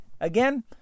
Again